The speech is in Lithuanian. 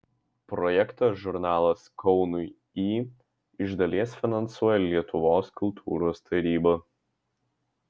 projektą žurnalas kaunui į iš dalies finansuoja lietuvos kultūros taryba